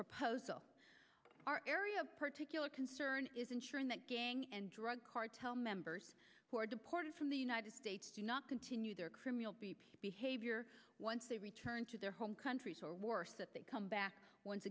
proposal our area of particular concern is ensuring that gang and drug cartel members who are deported from the united states do not continue their criminal behavior once they return to their home countries or worse that they come back once